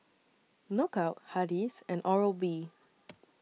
Knockout Hardy's and Oral B